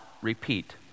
repeat